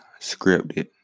scripted